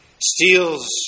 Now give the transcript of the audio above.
Steals